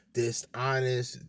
dishonest